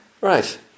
right